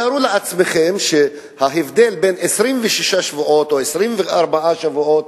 תארו לעצמכם שההבדל הוא בין 26 או 24 שבועות,